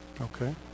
Okay